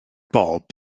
bob